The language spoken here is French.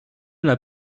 n’a